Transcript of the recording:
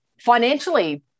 Financially